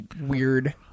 weird